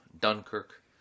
Dunkirk